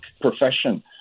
profession